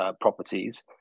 properties